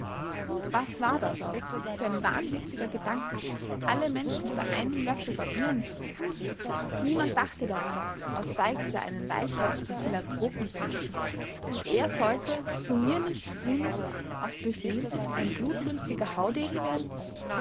was war das auch für ein wahnwitziger gedanke alle menschen über einen löffel barbieren zu wollen niemand dachte daran aus weixler einen weichherzigen philanthropen zu machen und er sollte so mir nichts dir nichts auf befehl ein blutrünstiger haudegen werden